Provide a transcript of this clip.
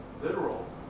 literal